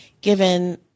given